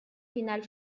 final